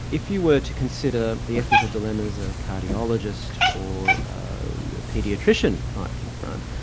if you were to consider the ethical dilemmas a cardiologist, or a paediatrician might confront,